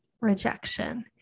rejection